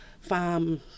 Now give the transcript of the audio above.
farm